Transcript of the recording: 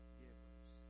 givers